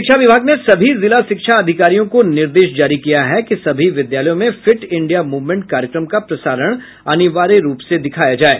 शिक्षा विभाग ने सभी जिला शिक्षा अधिकारियों को निर्देश जारी किया है कि सभी विद्यालयों में फिट इंडिया मूवमेंट कार्यक्रम का प्रसारण अनिवार्य रूप से दिखाया जाये